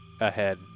ahead